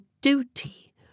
duty